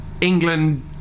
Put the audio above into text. England